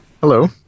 Hello